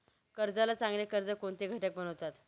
कर्जाला चांगले कर्ज कोणते घटक बनवितात?